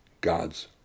god's